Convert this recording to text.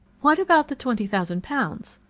what about the twenty thousand pounds?